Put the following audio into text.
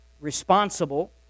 responsible